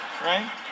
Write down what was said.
right